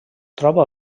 troba